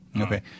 Okay